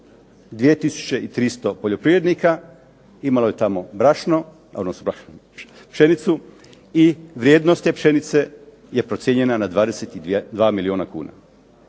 300 poljoprivrednika imalo je tamo pšenicu i vrijednost te pšenice je procijenjena na 22 milijuna kuna.